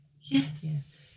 Yes